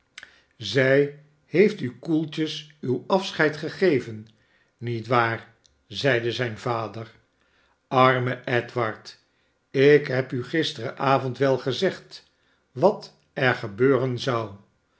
zij heeft ukoeltjes uw afscheid gegeven niet waar zeide zijn vader arme edward ik heb u gisterenavond wel gezegd wat er gebeuren zou